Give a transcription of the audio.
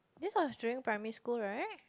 this was during primary school right